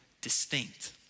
distinct